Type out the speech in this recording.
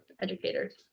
educators